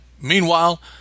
Meanwhile